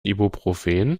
ibuprofen